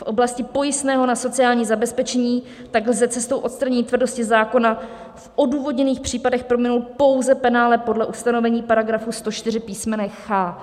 V oblasti pojistného na sociální zabezpečení tak lze cestou odstranění tvrdosti zákona v odůvodněných případech prominout pouze penále podle ustanovení § 104 písm. ch).